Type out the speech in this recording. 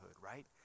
right